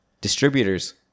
distributors